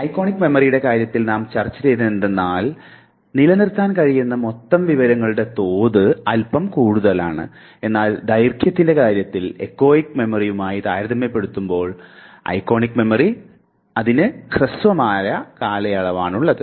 iconic മെമ്മറിയുടെ കാര്യത്തിൽ നാം ചർച്ച ചെയ്തതെന്തെന്നാൽ നിലനിർത്താൻ കഴിയുന്ന മൊത്തം വിവരങ്ങളുടെ തോത് അൽപ്പം കൂടുതലാണ് എന്നാൽ ദൈർഘ്യത്തിൻറെ കാര്യത്തിൽ എക്കോയിക് മെമ്മറിയുമായി താരതമ്യപ്പെടുത്തുമ്പോൾ ഇതിന് ഹ്രസ്വമായ കാലയളവാണുള്ളത്